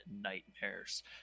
nightmares